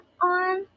on